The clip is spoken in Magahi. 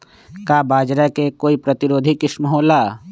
का बाजरा के कोई प्रतिरोधी किस्म हो ला का?